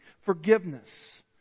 forgiveness